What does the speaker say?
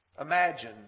Imagine